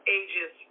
ages